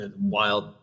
Wild